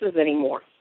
anymore